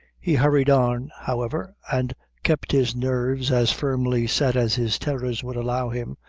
he hurried on, however, and kept his nerves as firmly set as his terrors would allow him,